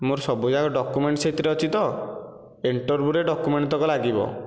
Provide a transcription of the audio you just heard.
ମୋର ସବୁଯାକ ଡକୁମେଣ୍ଟ ଯାକ ସେହିଥିରେ ଅଛି ତ ଇଣ୍ଟରଭ୍ୟୁ ରେ ଡକୁମେଣ୍ଟ ତକ ଲାଗିବ